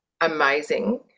amazing